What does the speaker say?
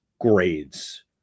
grades